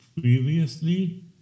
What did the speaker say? previously